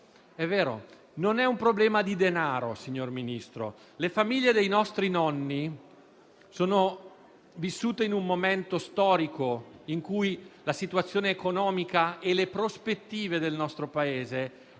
non è un problema di denaro. Le famiglie dei nostri nonni sono vissute in un momento storico in cui la situazione economica e le prospettive del nostro Paese